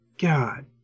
God